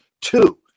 two